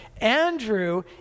Andrew